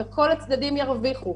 וכל הצדדים ירוויחו.